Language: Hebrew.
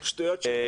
באמת, השטויות שלי?